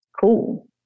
cool